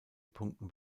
punkten